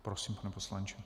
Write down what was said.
Prosím, pane poslanče.